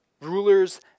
Rulers